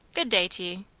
good day t'ye!